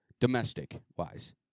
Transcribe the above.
domestic-wise